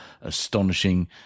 astonishing